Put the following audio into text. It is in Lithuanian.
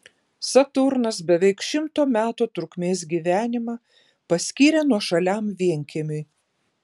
saturnas beveik šimto metų trukmės gyvenimą paskyrė nuošaliam vienkiemiui